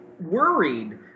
worried